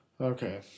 Okay